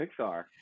Pixar